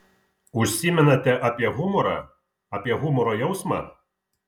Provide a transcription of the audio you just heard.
užsimenate apie humorą apie humoro jausmą